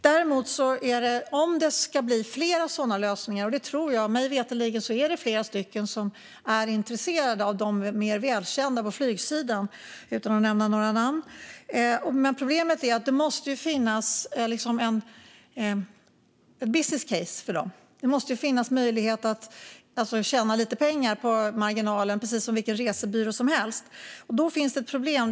Det kan bli flera sådana lösningar, och mig veterligen är det fler som är intresserade av de mer välkända på flygsidan, utan att nämna några namn. Problemet är att det måste finnas ett business case för dem. Det måste finnas möjlighet att tjäna lite pengar på marginalen, precis som för vilken resebyrå som helst. Då finns det ett problem.